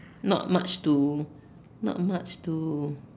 not much to not much to